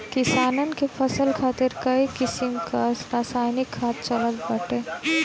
किसानन के फसल खातिर कई किसिम कअ रासायनिक खाद चलत बाटे